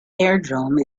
aerodrome